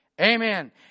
Amen